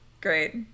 great